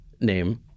name